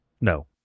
No